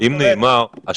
זה בכלל לא תואם.